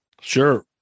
Sure